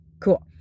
cool